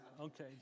Okay